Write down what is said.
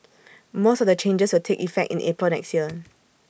most of the changes will take effect in April next year